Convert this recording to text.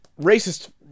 Racist